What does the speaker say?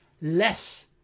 less